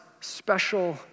special